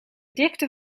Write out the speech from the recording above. dikte